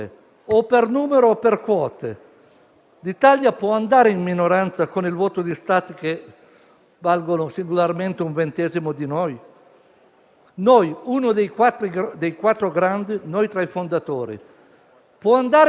Noi, uno dei quattro grandi, tra i fondatori! Può andare in minoranza, tolto il caso dell'emergenza, perché ha il 17,70 e quindi non supera il 20